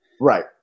Right